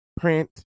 print